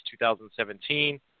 2017